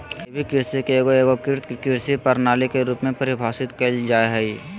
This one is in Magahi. जैविक कृषि के एगो एगोकृत कृषि प्रणाली के रूप में परिभाषित कइल जा हइ